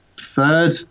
third